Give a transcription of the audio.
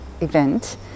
event